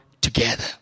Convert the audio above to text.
together